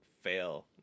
fail